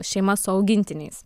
šeimas su augintiniais